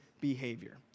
behavior